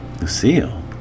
Lucille